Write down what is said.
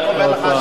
אני רק אומר לך,